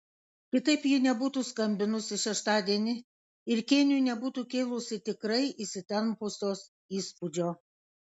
kitaip ji nebūtų skambinusi šeštadienį ir kėniui nebūtų kėlusi tikrai įsitempusios įspūdžio